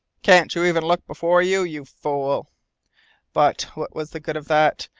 can't you even look before you, you fool but what was the good of that?